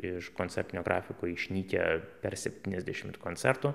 iš koncertinio grafiko išnykę per septyniasdešimt koncertų